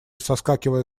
соскакивая